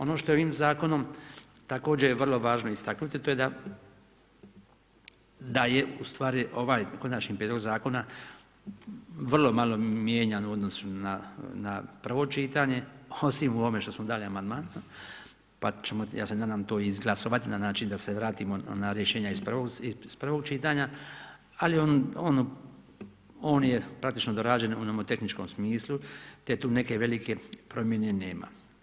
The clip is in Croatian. Ono što je ovim zakonom također vrlo važno istaknuti, to je da je u stvari ovaj konačni Prijedlog zakona vrlo malo mijenjan u odnosu na prvo čitanje, osim u ovome što smo dali amandman, pa ćemo, ja se nadam, to i izglasovati na način da se vratimo na rješenja iz prvog čitanja, ali on je praktično dorađen u onome tehničkom smislu te tu neke velike promjene nema.